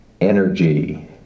energy